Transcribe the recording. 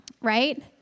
Right